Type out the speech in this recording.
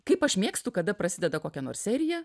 kaip aš mėgstu kada prasideda kokia nors serija